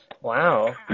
Wow